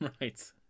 Right